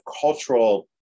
cultural